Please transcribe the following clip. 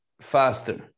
faster